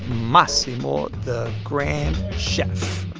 massimo, the grand chef